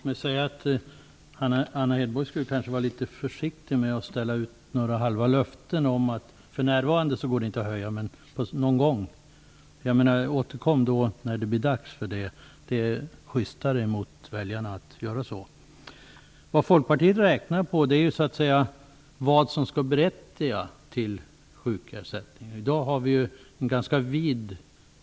Fru talman! Anna Hedborg borde kanske vara litet försiktig med att ge några halva löften om att det för närvarande inte går att höja ersättningsnivåerna, men på sikt. Återkom då när det blir dags för detta - det är schystare mot väljarna att göra så. Vi i Folkpartiet räknar på vad som skall berättiga till sjukersättning. I dag är ju tolkningen av detta ganska vid.